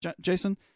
Jason